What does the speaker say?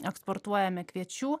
eksportuojame kviečių